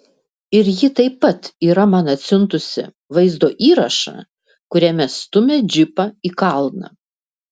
ir ji taip pat yra man atsiuntusi vaizdo įrašą kuriame stumia džipą į kalną